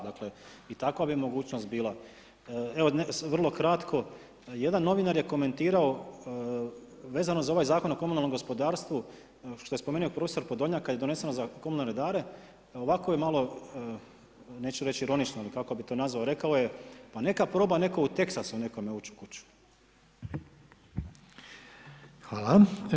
Dakle, i takva bi mogućnost bila, evo vrlo kratko, jedan novinar je komentirao vezano za ovaj Zakon o komunalnom gospodarstvu, što je spomenuo profesor Podolnjak, kad je donesen za komunalne redare, ovako je malo, neću reći ironično, ali kako bi to nazvao, rekao je, pa neka proba netko u Texasu nekome ući u kuću.